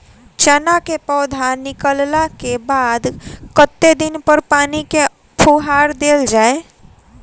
चना केँ पौधा निकलला केँ बाद कत्ते दिन पर पानि केँ फुहार देल जाएँ?